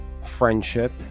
friendship